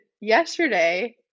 yesterday